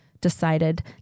decided